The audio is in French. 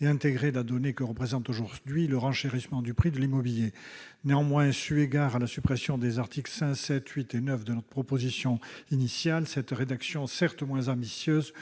et d'intégrer la donnée que représente aujourd'hui le renchérissement du prix de l'immobilier. Néanmoins, eu égard à la suppression des articles 5, 7, 8 et 9 de notre texte initial, cette rédaction, certes moins ambitieuse,